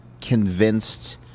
convinced